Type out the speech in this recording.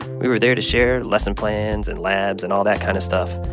we were there to share lesson plans and labs and all that kind of stuff.